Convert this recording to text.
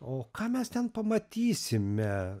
o ką mes ten pamatysime